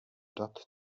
dat